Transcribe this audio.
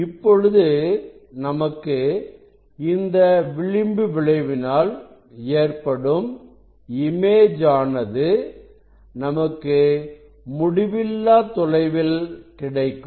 இப்பொழுது நமக்கு இந்த விளிம்பு விளைவினால் ஏற்படும் இமேஜ் ஆனது நமக்கு முடிவில்லா தொலைவில் கிடைக்கும்